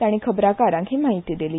ताणीं खबराकारांक ही म्हायती दिली